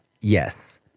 Yes